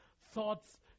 thoughts